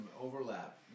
overlap